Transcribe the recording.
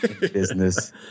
business